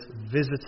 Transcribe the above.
visitors